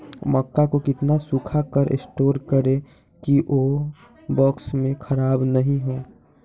मक्का को कितना सूखा कर स्टोर करें की ओ बॉक्स में ख़राब नहीं हो?